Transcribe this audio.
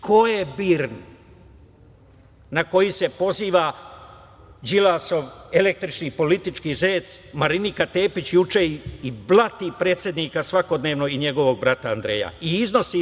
Ko je BIRN na koji se poziva Đilasov električni politički zec Marinika Tepić juče i blati predsednika svakodnevno i njegovog brata Andreja i iznosi laži?